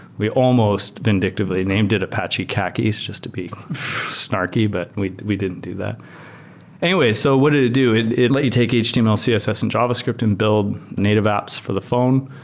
we almost vindictively named it apache khaki just to be snarky, but we we didn't do that anyway, so what did it do, it it let you take html, css and javascript and build native apps for the phone.